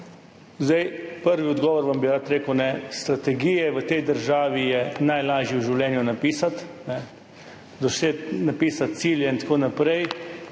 Kot prvi odgovor vam bi rad rekel, da je strategije v tej državi najlažje v življenju napisati, napisati cilje in tako naprej,